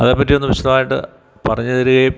അതേപ്പറ്റി ഒന്ന് വിശദമായിട്ട് പറഞ്ഞുതരികയും